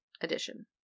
edition